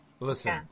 Listen